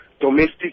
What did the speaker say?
domestic